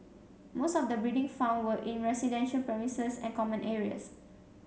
most of the breeding found were in residential premises and common areas